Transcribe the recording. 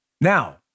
Now